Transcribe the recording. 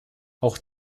auch